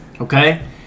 okay